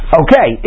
okay